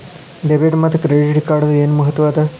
Debit ಮತ್ತ credit ಕಾರ್ಡದ್ ಏನ್ ಮಹತ್ವ ಅದ?